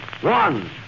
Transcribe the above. One